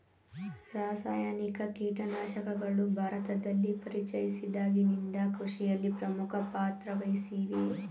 ರಾಸಾಯನಿಕ ಕೀಟನಾಶಕಗಳು ಭಾರತದಲ್ಲಿ ಪರಿಚಯಿಸಿದಾಗಿನಿಂದ ಕೃಷಿಯಲ್ಲಿ ಪ್ರಮುಖ ಪಾತ್ರ ವಹಿಸಿವೆ